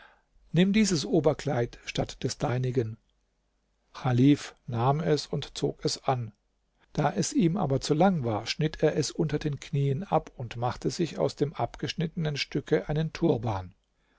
nimm dieses oberkleid statt des deinigen chalif nahm es und zog es an da es ihm aber zu lang war schnitt er es unter den knieen ab und machte sich aus dem abgeschnittenen stücke einen turban